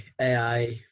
AI